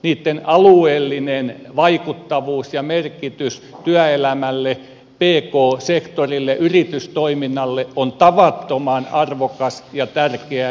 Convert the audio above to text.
niitten alueellinen vaikuttavuus ja merkitys työelämälle pk sektorille yritystoiminnalle on tavattoman arvokas ja tärkeä